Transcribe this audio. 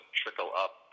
trickle-up